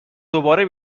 دوباره